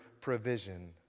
provision